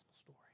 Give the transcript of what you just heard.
story